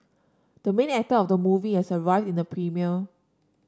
the main actor of the movie has arrived in the premiere